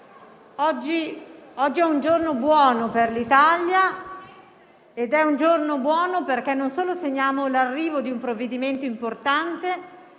Oggi è un giorno buono per l'Italia, non solo perché segniamo l'arrivo di un provvedimento importante,